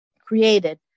created